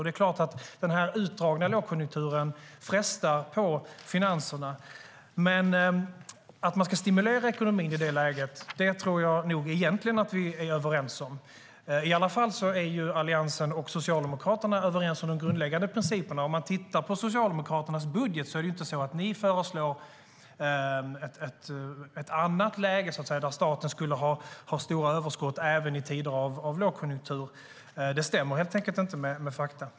Det är klart att den utdragna lågkonjunkturen frestar på finanserna. Att man ska stimulera ekonomin i det läget tror jag egentligen att vi är överens om. I alla fall är Alliansen och Socialdemokraterna överens om de grundläggande principerna. I Socialdemokraternas budget föreslår ni inte ett annat läge, där staten skulle ha stora överskott även i tider av lågkonjunktur. Det stämmer helt enkelt inte med fakta.